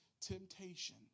temptation